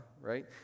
right